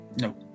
No